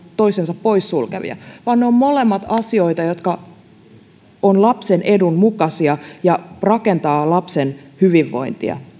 toisensa poissulkevia vaan ne molemmat ovat asioita jotka ovat lapsen edun mukaisia ja rakentavat lapsen hyvinvointia